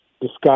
discuss